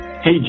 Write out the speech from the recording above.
Hey